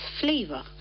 flavor